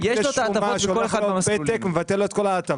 אם זה שומה, זה מבטל לו את כל ההטבה.